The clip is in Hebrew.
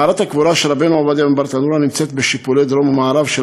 מערת הקבורה של רבנו עובדיה מברטנורא נמצאת בשיפולי הר-הזיתים,